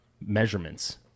measurements